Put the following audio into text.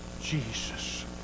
Jesus